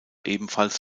ebenfalls